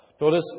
Notice